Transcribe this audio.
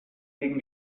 legen